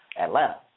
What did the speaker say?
Atlanta